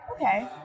okay